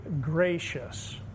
gracious